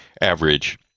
average